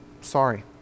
Sorry